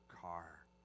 car